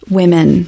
women